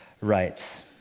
rights